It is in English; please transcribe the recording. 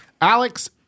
Alex